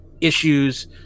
issues